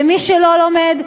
ומי שלא לומד,